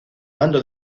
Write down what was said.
mando